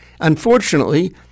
Unfortunately